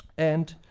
and,